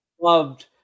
loved